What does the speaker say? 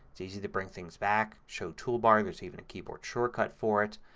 it's easy to bring things back. show toolbar. there's even a keyboard shortcut for it.